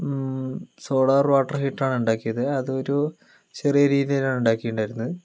solar water ഹീറ്ററാണ് ഉണ്ടാക്കിയത് അതൊരു ചെറിയ രീതിയിലാണ് ഉണ്ടാക്കിയിട്ടുണ്ടായുന്നത്